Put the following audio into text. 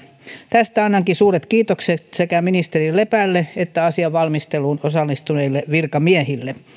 tästä annankin suuret kiitokset sekä ministeri lepälle että asian valmisteluun osallistuneille virkamiehille